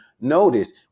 notice